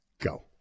Go